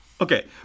Okay